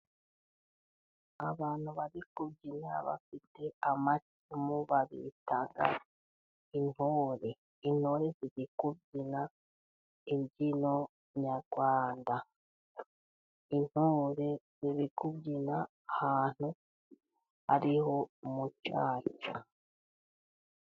Abantu bari kubyina, bafite amacumu babita intore. Intore ziri kubyina imbyino nyarwanda. Intore ziri kubyina ahantu hariho umucaca.